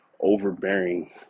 overbearing